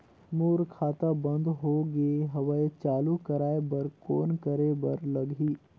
मोर खाता बंद हो गे हवय चालू कराय बर कौन करे बर लगही?